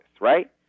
right